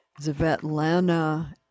Zvetlana